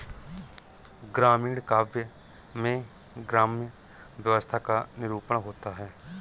ग्रामीण काव्य में ग्राम्य व्यवस्था का निरूपण होता है